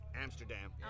Amsterdam